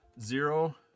zero